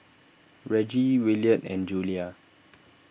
Reggie Williard and Julia